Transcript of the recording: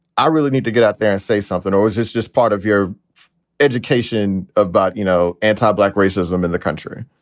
i really need to get out there and say something? or is this just part of your education about, you know, anti black racism in the country?